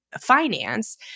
finance